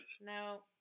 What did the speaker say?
No